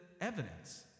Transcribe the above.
evidence